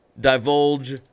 divulge